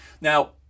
Now